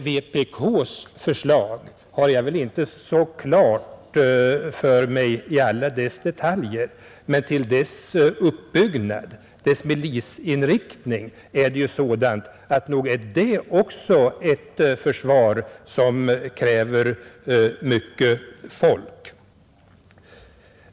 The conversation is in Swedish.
Vpk:s förslag har jag väl inte så klart för mig i alla dess detaljer, men dess uppbyggnad, dess milisinriktning är sådan att nog är det också ett försvar som kräver mycket folk.